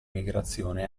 migrazione